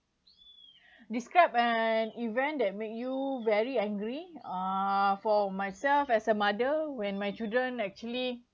describe an event that make you very angry uh for myself as a mother when my children actually